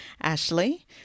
ashley